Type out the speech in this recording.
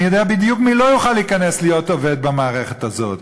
אני יודע בדיוק מי לא יוכל להיכנס להיות עובד במערכת הזאת.